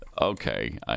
Okay